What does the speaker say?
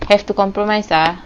have to compromise ah